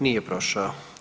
Nije prošao.